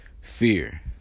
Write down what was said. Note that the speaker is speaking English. fear